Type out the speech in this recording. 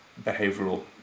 behavioral